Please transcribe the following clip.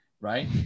Right